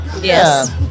Yes